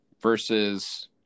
versus